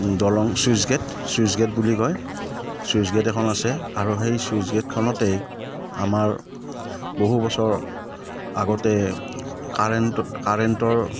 দলং switch gate switch gate বুলি কয় ছুইচ গেট এখন আছে আৰু সেই ছুইচ গেটখনতেই আমাৰ বহু বছৰ আগতে কাৰেণ্ট কাৰেণ্টৰ